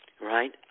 Right